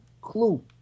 clue